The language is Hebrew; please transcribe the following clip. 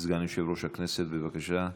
סגן יושב-ראש הכנסת, בבקשה.